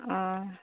ᱚᱻ